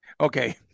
Okay